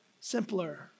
simpler